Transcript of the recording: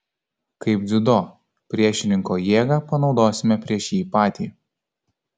kaip dziudo priešininko jėgą panaudosime prieš jį patį